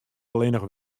allinnich